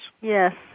Yes